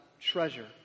treasure